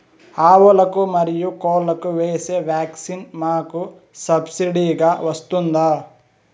ఆవులకు, మరియు కోళ్లకు వేసే వ్యాక్సిన్ మాకు సబ్సిడి గా వస్తుందా?